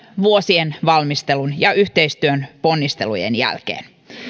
vuosien valmistelun yhteistyön ja ponnistelujen jälkeen